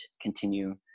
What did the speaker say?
continue